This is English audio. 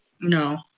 No